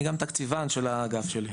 אני גם תקציבן של האגף שלי.